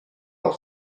els